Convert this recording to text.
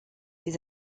ils